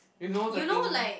if you know the thing